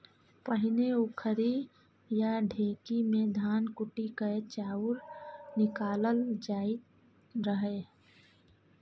पहिने उखरि या ढेकी मे धान कुटि कए चाउर निकालल जाइ रहय